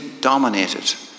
dominated